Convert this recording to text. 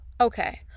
Okay